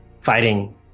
fighting